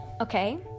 okay